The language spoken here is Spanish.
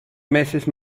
meses